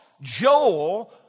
Joel